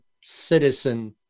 citizen